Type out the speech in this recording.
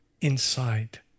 inside